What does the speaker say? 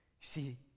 see